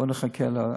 בוא נחכה לתוצאות.